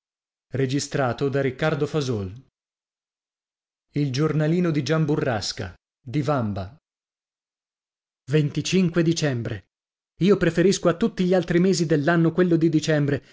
e io ono e a erano dicembre io preferisco a tutti gli altri mesi dell'anno quello di